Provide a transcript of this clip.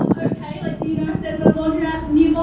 um okay. like do you know if there's a laundromat near by,